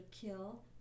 kill